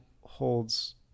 holds